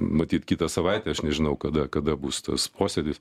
matyt kitą savaitę aš nežinau kada kada bus tas posėdis